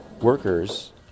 Workers